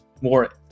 more